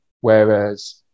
whereas